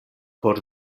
por